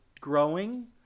growing